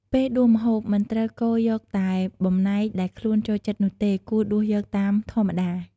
ពេលដួសម្ហូប មិនត្រូវកូរយកតែបំណែកដែលខ្លួនចូលចិត្តនោះទេ គួរដួសយកតាមធម្មតា។